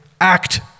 act